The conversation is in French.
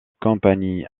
compagnie